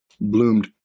bloomed